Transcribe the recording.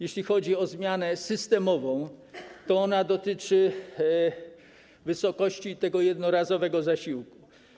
Jeśli chodzi o zmianę systemową, to ona dotyczy wysokości tego jednorazowego zasiłku.